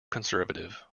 conservative